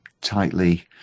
tightly